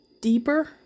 deeper